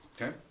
Okay